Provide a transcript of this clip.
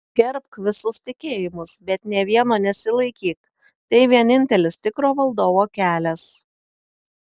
gerbk visus tikėjimus bet nė vieno nesilaikyk tai vienintelis tikro valdovo kelias